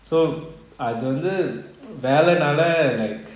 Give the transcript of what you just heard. so ah அது வந்து வெல்ல நாலா:athu vanthu vella naala like